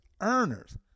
earners